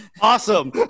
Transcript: Awesome